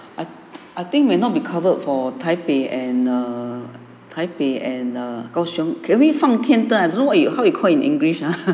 I I think may not be covered for taipei and err taipei and err kao siong can we I don't know what you how you call in english ah